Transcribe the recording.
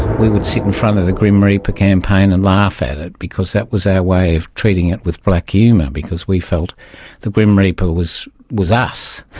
we would sit in front of the grim reaper campaign and laugh at it, because that was our way of treating it with black humour, because we felt the grim reaper was was us.